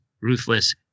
ruthless